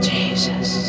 Jesus